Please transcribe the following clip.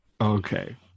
Okay